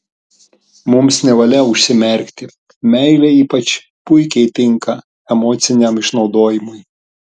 mums nevalia užsimerkti meilė ypač puikiai tinka emociniam išnaudojimui